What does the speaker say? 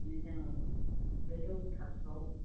जों गोजौ थाखोआव